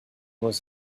was